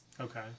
Okay